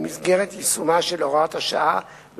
במסגרת יישומה של הוראת השעה,